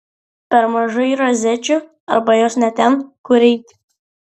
per mažai rozečių arba jos ne ten kur reikia